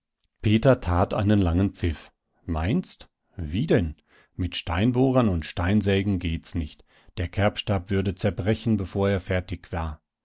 peter tat einen langen pfiff meinst wie denn mit steinbohrern und steinsägen geht's nicht der kerbstab würde zerbrechen bevor er fertig war